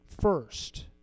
first